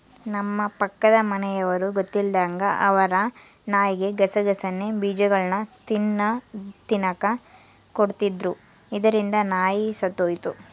ನಮ್ಮ ಪಕ್ಕದ ಮನೆಯವರು ಗೊತ್ತಿಲ್ಲದಂಗ ಅವರ ನಾಯಿಗೆ ಗಸಗಸೆ ಬೀಜಗಳ್ನ ದಿನ ತಿನ್ನಕ ಕೊಡ್ತಿದ್ರು, ಇದರಿಂದ ನಾಯಿ ಸತ್ತೊಯಿತು